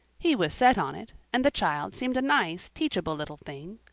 he was set on it and the child seemed a nice, teachable little thing.